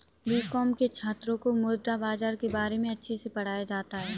BCom के छात्रों को मुद्रा बाजार के बारे में अच्छे से पढ़ाया जाता है